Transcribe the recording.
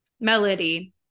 melody